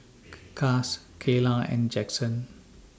Cass Kaylah and Jaxon